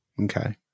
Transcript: Okay